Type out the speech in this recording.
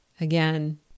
again